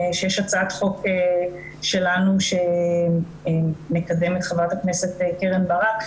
יש הצעת חוק שלנו שמקדמת חברת הכנסת קרן ברק.